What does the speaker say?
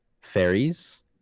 Fairies